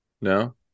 No